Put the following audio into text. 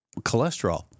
Cholesterol